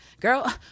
Girl